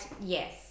yes